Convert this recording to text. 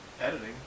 editing